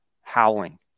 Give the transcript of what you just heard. howling